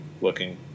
looking